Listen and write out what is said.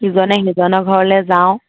ইজনে সিজনৰ ঘৰলে যাওঁ